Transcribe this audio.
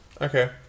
okay